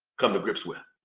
come to grips with.